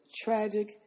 tragic